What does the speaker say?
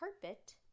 carpet